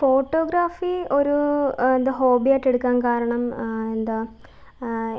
photography ഒരു എന്താ hobby ആയിട്ടെടുക്കാം കാരണം എന്താ